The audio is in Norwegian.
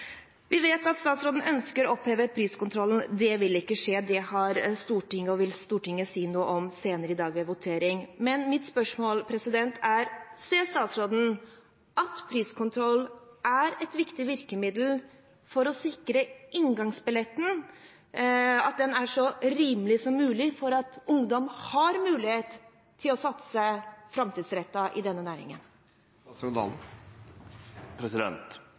Vi vet at statsråden ønsker å oppheve priskontrollen. Det vil ikke skje – det har Stortinget sagt og vil si noe om senere i dag, ved votering. Men mitt spørsmål er: Ser statsråden at priskontroll er et viktig virkemiddel for å sikre inngangsbilletten – at den er så rimelig som mulig, slik at ungdom har mulighet til å satse framtidsrettet i denne